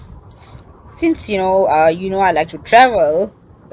since you know uh you know I like to travel